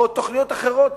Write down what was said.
או תוכניות אחרות,